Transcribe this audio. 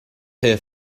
here